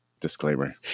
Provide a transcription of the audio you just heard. disclaimer